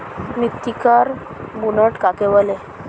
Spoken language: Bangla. মৃত্তিকার বুনট কাকে বলে?